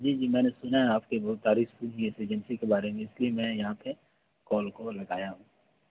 جی جی میں نے سنا ہے آپ کے بہت تعریف سنی ہے اس ایجنسی کے بارے میں اس لیے میں یہاں پہ کال کال لگایا ہوں